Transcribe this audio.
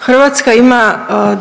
Hrvatska ima